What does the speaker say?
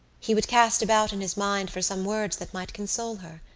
he would cast about in his mind for some words that might console her,